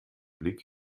blick